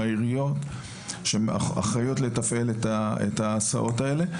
מהעיריות שאחריות לתפעל את ההסעות האלה.